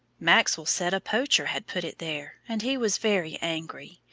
maxwell said a poacher had put it there, and he was very angry.